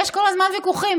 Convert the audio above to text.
יש כל הזמן ויכוחים,